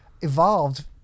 evolved